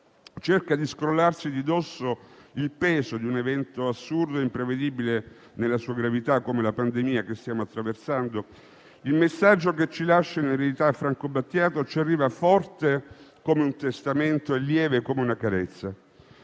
cerca di scrollarsi di dosso il peso di un evento assurdo e imprevedibile nella sua gravità come la pandemia che stiamo attraversando, il messaggio che ci lascia in eredità Franco Battiato ci arriva forte come un testamento e lieve come una carezza;